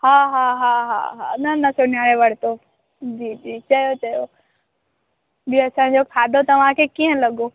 हा हा हा हा न न सुञाणे वरितो जी जी चयो चयो ॿियो असांजो खाधो तव्हांखे कीअं लॻो